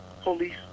police